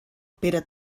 pere